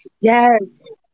yes